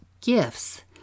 gifts